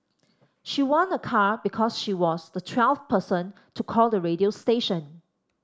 she won a car because she was the twelfth person to call the radio station